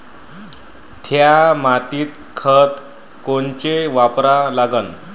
थ्या मातीत खतं कोनचे वापरा लागन?